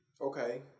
Okay